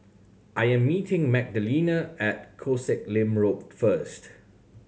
I am meeting Magdalena at Koh Sek Lim Road first